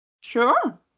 Sure